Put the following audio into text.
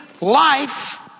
life